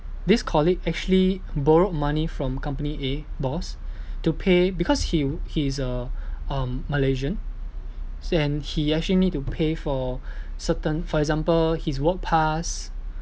this colleague actually borrowed money from company A boss to pay because he he is a um malaysian and he actually need to pay for certain for example his work pass